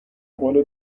قول